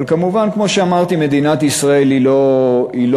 אבל, כמובן, כמו שאמרתי, מדינת ישראל היא לא עסק,